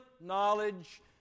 knowledge